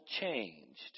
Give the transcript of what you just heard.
changed